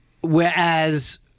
whereas